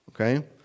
Okay